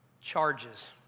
charges